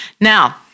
Now